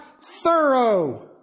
thorough